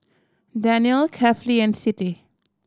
Daniel Kefli and Siti